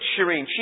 Shireen